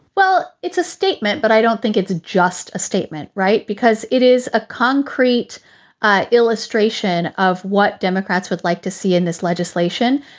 well, it's a statement, but i don't think it's just a statement. right, because it is a concrete ah illustration of what democrats would like to see in this legislation.